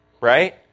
right